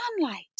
sunlight